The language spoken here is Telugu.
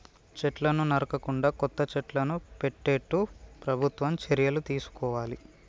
చెట్లను నరకకుండా కొత్త చెట్లను పెట్టేట్టు ప్రభుత్వం చర్యలు తీసుకోవాలి